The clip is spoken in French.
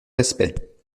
respect